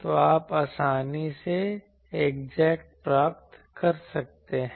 तो आप आसानी से एग्जैक्ट प्राप्त कर सकते हैं